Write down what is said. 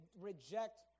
reject